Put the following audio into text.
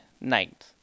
night